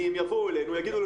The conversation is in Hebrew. אם יבואו אלינו ויגידו,